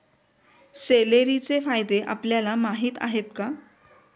सेलेरीचे फायदे आपल्याला माहीत आहेत का?